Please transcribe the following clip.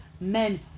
men